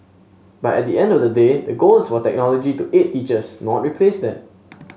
but at the end of the day the goal is for technology to aid teachers not replace them